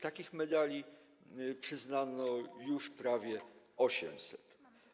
Takich medali przyznano już prawie 800.